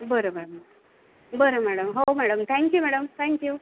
बरं मॅडम बरं मॅडम हो मॅडम थँक्यू मॅडम थँक्यू